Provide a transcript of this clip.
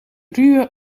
ruwe